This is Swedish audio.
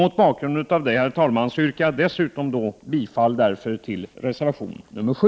Därför yrkar jag bifall också till reservation nr 7.